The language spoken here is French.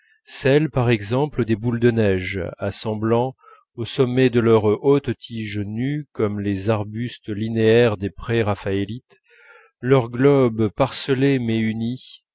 par exemple des boules de neige assemblant au sommet de leurs hautes tiges nues comme les arbustes linéaires des préraphaélites leurs globes parcellés mais unis